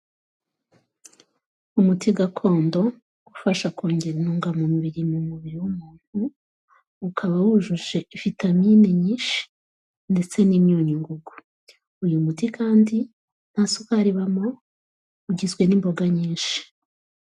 Umuti gakondo ufasha kongera intungamubiri mu mubiri w'umuntu, ukaba wujuje vitamine nyinshi ndetse n'imyunyu ngugu, uyu muti kandi nta sukari ibamo ugizwe n'imboga nyinshi.